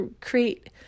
create